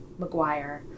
McGuire